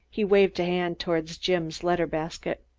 he waved a hand toward jim's letter basket.